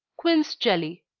quince jelly.